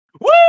Woo